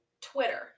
Twitter